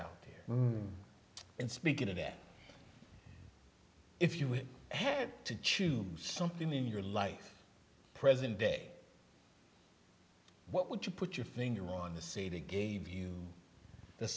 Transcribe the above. out here and speaking of that if you had to choose something in your life present day what would you put your finger on the sea to gave you th